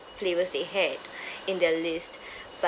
flavours they had in their list but